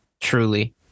Truly